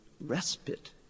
respite